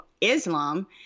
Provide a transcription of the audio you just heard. Islam